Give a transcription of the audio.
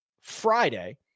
Friday